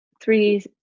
three